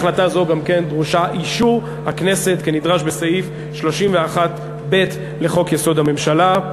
להחלטה זו גם כן דרוש אישור הכנסת כנדרש בסעיף 31(ב) לחוק-יסוד: הממשלה.